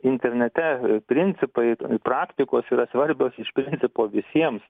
internete principai praktikos yra svarbios iš principo visiems